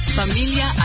familia